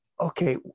okay